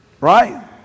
Right